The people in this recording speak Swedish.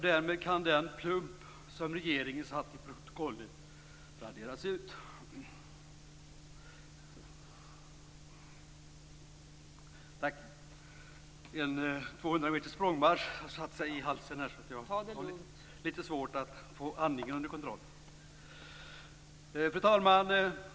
Därmed kan den plump som regeringen satt i protokollet raderas ut. Fru talman!